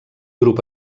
grup